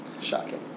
Shocking